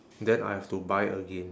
then I have to buy again